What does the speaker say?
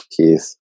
Keith